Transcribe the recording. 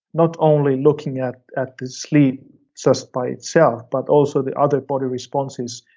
not only looking at at the sleep just by itself, but also the other body responses,